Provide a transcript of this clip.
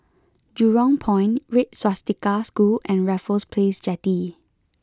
Jurong Point Red Swastika School and Raffles Place Jetty